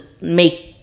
make